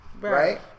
Right